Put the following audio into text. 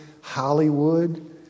Hollywood